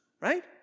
right